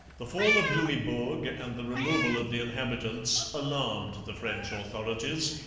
the fall of louisbourg and the removal of the inhabitants alarmed the french authorities,